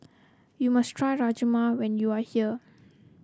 you must try Rajma when you are here